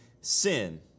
sin